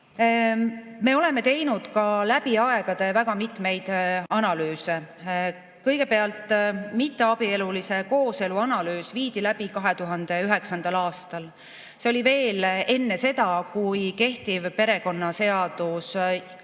Me oleme läbi aegade teinud väga mitmeid analüüse. Kõigepealt, mitteabielulise kooselu analüüs viidi läbi 2009. aastal. See oli veel enne seda, kui perekonnaseadus 2010. aasta